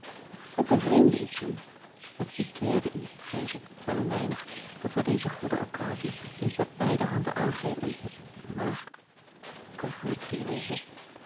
het bevreemdde u toen het piqueerde u vrees ik wel een weinig dat wij deze goede occasie niet met beide handen aangrepen maar